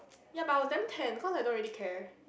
ya but I was damn tanned cause I don't really care